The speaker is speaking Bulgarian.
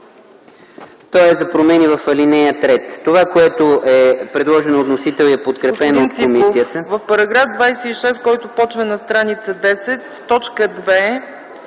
Това, което е предложено от вносителя, и е подкрепено от комисията.